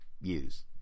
use